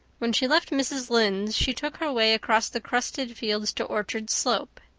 when she left mrs. lynde's she took her way across the crusted fields to orchard slope.